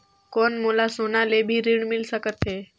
कौन मोला सोना ले भी ऋण मिल सकथे?